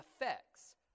effects